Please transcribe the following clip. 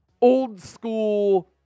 old-school